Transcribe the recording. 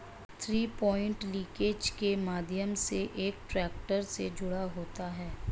three point linkage के माध्यम से एक ट्रैक्टर से जुड़ा होता है